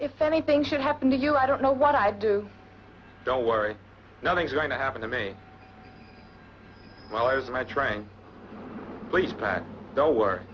if anything should happen to you i don't know what i'd do don't worry nothing's going to happen to me while i was in my train leaves back